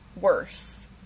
Worse